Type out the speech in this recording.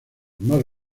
más